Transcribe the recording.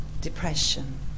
Depression